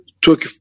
took